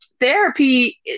therapy